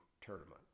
tournament